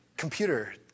computer